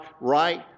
right